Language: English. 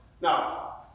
Now